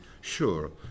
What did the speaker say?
Sure